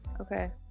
okay